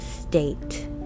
state